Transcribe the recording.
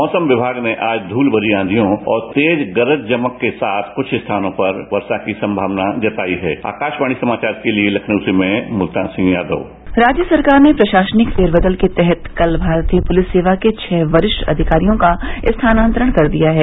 मौसम विभाग ने आज धूल भरी आधियों और तेज गरज चमक के साथ कुछ स्थानों पर वर्षा की संभावना जताई है आकाशवाणी समाचार के लिए लखनऊ से मैं मुल्तान सिंह यादव राज्य सरकार ने प्रशासनिक फेरबदल के तहत कल भारतीय पुलिस सेवा के छह वरिष्ठ अधिकारियों का स्थानांतरण कर दिया है